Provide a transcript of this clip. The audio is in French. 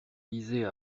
lisaient